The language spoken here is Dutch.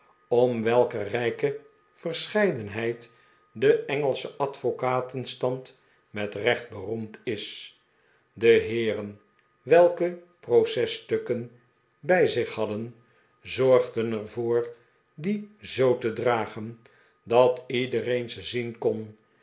om welker rijke verscheidenheid de engelsche advocatenstand met recht beroemd is de heeren welke processtukken bij zich hadden zorgden er voor die zoo te dragen dat iedereen ze zien kon